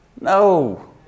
No